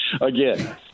again